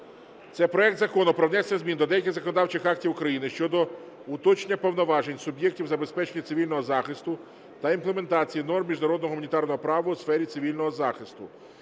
Це проект Закону про внесення змін до деяких законодавчих актів України щодо уточнення повноважень суб'єктів забезпечення цивільного захисту та імплементації норм міжнародного гуманітарного права у сфері цивільного захисту.